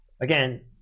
again